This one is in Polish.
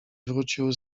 wrócił